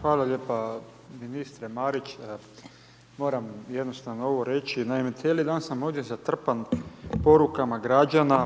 Hvala lijepo ministre Marić, moram jednostavno ovo reći, naime, cijeli dan sam ovdje zatrpan porukama građana